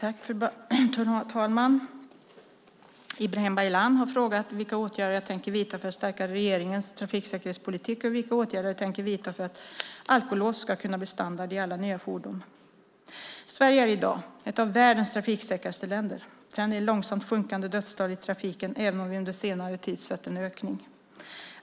Fru talman! Ibrahim Baylan har frågat vilka åtgärder jag tänker vidta för att stärka regeringens trafiksäkerhetspolitik och vilka åtgärder jag tänker vidta för att alkolås ska kunna bli standard i alla nya fordon. Sverige är i dag ett av världens trafiksäkraste länder. Trenden är långsamt sjunkande dödstal i vägtrafiken, även om vi under senare tid sett en ökning.